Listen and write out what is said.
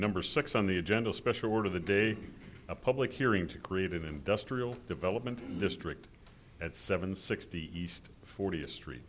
number six on the agenda a special word of the day a public hearing to grieve of industrial development district at seven sixty east fortieth street